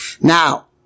Now